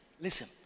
Listen